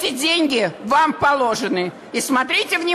(אומרת דברים בשפה הרוסית.) תודה.